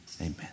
Amen